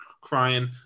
crying